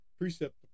precept